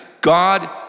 God